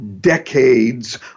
decades